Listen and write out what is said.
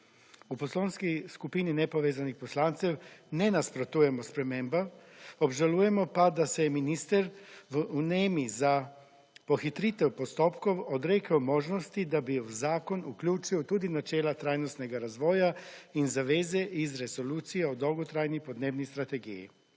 V Poslanski skupini Nepovezanih poslancev ne nasprotujemo spremembam, obžalujemo pa, da se je minister v vnemi za pohitritev postopkov odrekel možnosti, da bi v zakon vključil tudi načela trajnostnega razvoja in zaveze iz resolucije o dolgotrajni podnebni strategiji.